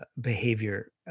behavior